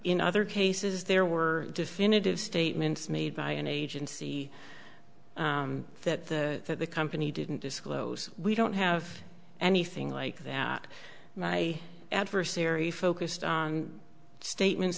in other cases there were definitive statements made by an agency that the company didn't disclose we don't have anything like that my adversary focused on statements